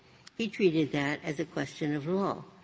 he treated that as a question of law.